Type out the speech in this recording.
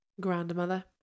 Grandmother